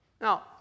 Now